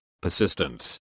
persistence